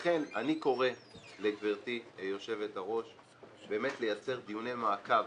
לכן אני קורא לגברתי יושבת הראש לייצר דיוני מעקב